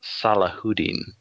Salahuddin